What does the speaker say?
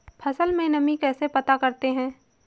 फसल में नमी कैसे पता करते हैं?